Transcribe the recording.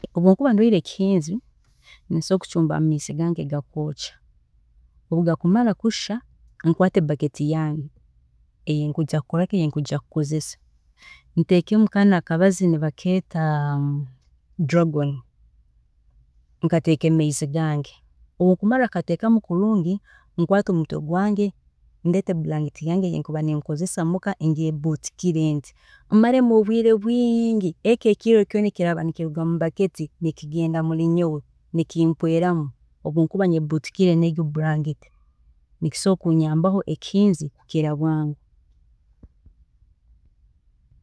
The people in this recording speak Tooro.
﻿Obu nkuba ndwiire ekihinzi, nsobola kucumba amaizi gange gakwokya, obu gakumara kushya nkakwaata ebaketi yange eyi nkujya kukoraki, eyi kujya kukozesa, ntekemu kanu akabazi kanu ka dragon, nkateeke mumaizi gange, obu nkumara kukateekamu kulungi, nkwaate omutwe gwange nguteeke mu bulangiti yange eyi nkuba ninkozesa muka, ningyyebuutikira, maremu obwiire bwingi eki ekiro kyona eki raaba kiri mu budget nikigenda mu nyowe nikimpweeramu obu nkuba nyebuutikiire burangiti yange, nikisobola kunyambaho ekyo ekihinzi kukira bwangu